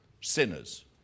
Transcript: sinners